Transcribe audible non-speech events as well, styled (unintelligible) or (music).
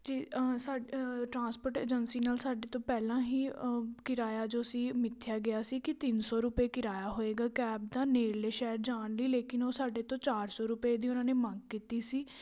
(unintelligible) ਸਾ transport agency ਨਾਲ ਸਾਡੇ ਤੋਂ ਪਹਿਲਾਂ ਹੀ ਕਿਰਾਇਆ ਜੋ ਸੀ ਮਿੱਥਿਆ ਗਿਆ ਸੀ ਕਿ ਤਿੰਨ ਸੌ ਰੁਪਏ ਕਿਰਾਇਆ ਹੋਵੇਗਾ ਕੈਬ ਦਾ ਨੇੜਲੇ ਸ਼ਹਿਰ ਜਾਣ ਲਈ ਲੇਕਿਨ ਉਹ ਸਾਡੇ ਤੋਂ ਚਾਰ ਸੌ ਰੁਪਏ ਦੀ ਉਹਨਾਂ ਨੇ ਮੰਗ ਕੀਤੀ ਸੀ